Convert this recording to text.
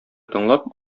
тыңлап